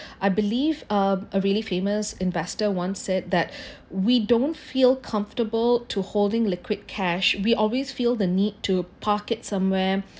I believe uh a really famous investor one said that we don't feel comfortable to holding liquid cash we always feel the need to pocket somewhere